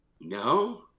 No